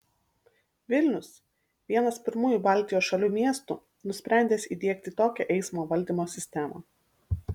vilnius vienas pirmųjų baltijos šalių miestų nusprendęs įdiegti tokią eismo valdymo sistemą